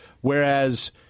whereas